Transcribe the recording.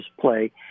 play